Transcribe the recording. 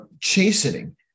chastening